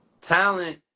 Talent